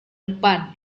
depan